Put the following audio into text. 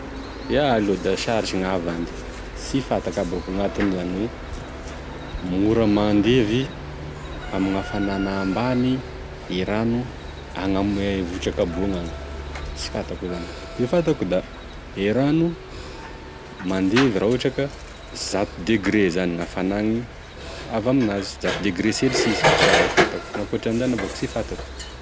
Iaho aloha da sarotry gnahavandy, sy fantako gn'anton'izany, hoe mora mandevy ame gn'hafanana ambany ame votry akaboa gnagny e rano, sy fantako izany, e fantako da e rano mandevy raha ohatra ka zato degre zany gn'hafanany avy aminazy izany hoe zato degre selisisy, izay fantako, fa gn'akoatr'izany avao koa sy fantako.